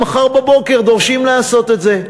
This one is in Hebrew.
למחר בבוקר דורשים לעשות את זה.